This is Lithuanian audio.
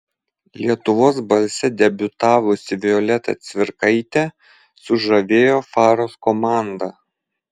lietuvos balse debiutavusi violeta cvirkaitė sužavėjo faros komandą